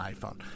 iPhone